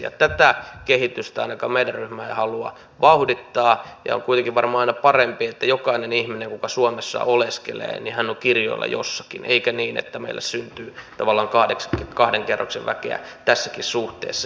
tätä kehitystä ainakaan meidän ryhmämme ei halua vauhdittaa ja on kuitenkin varmaan aina parempi että jokainen ihminen kuka suomessa oleskelee on kirjoilla jossakin eikä niin että meille syntyy tavallaan kahden kerroksen väkeä tässäkin suhteessa